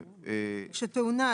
שתאונה,